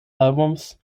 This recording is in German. albums